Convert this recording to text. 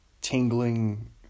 tingling